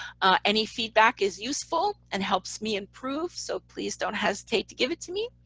any feedback is useful, and helps me improve, so please don't hesitate to give it to me.